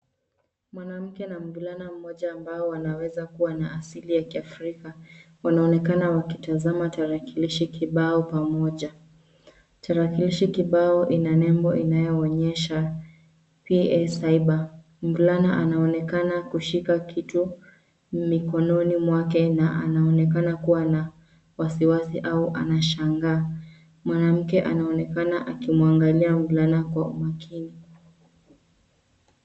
Mwanamke na mvulana mmoja ambao wanaweza kuwa na asili ya Kiafrika, wanaonekana wakitazama tarakilishi kibao pamoja. Tarakilishi kibao ina nembo inayoonyesha PS cyber . Mvulana anaonekana kushika kitu mikononi mwake na anaonekana kuwa na wasiwasi au anashangaa. Mwanamke anaonekana akimwangalia mvulana kwa umakini.